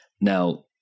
Now